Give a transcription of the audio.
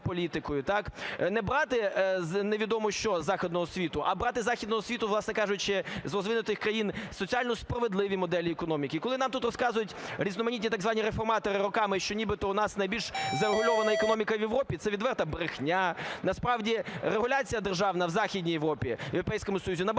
не брати невідомо що із західного світу, а брати із західного світу, власне кажучи, з розвинутих країн соціально справедливі моделі економіки. І коли нам тут розказують різноманітні так звані "реформатори" роками, що нібито у нас найбільш зарегульована економіка в Європі, це відверта брехня. Насправді регуляція державна в Західній Європі, в Європейському Союзі набагато